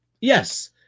Yes